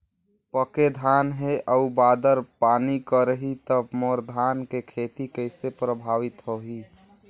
पके धान हे अउ बादर पानी करही त मोर धान के खेती कइसे प्रभावित होही?